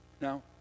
Now